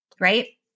right